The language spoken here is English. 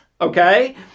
okay